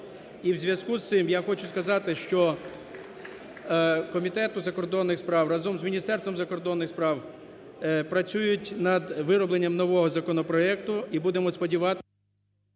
І в зв’язку з цим я хочу сказати, що Комітет у закордонних справах разом з Міністерством закордонних справ працюють над виробленням нового законопроекту і будемо сподіватися…